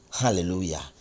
Hallelujah